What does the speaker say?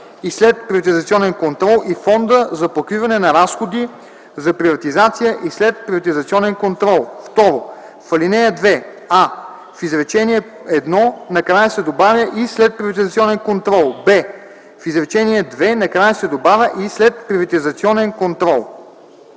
и следприватизационен контрол и Фонда за покриване на разходи за приватизация и следприватизационен контрол. 2. В ал. 2: а) в изречение 1 накрая се добавя „и следприватизационен контрол”; б) в изречение 2 накрая се добавя „и следприватизационен контрол”.”